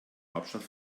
hauptstadt